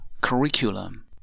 curriculum